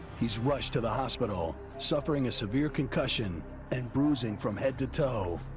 he's rushed to the hospital, suffering a severe concussion and bruising from head to toe.